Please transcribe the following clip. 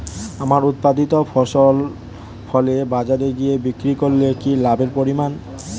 আমার উৎপাদিত ফসল ফলে বাজারে গিয়ে বিক্রি করলে কি লাভের পরিমাণ?